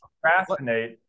procrastinate